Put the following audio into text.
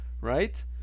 right